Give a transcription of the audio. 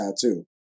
tattoo